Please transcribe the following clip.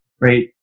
right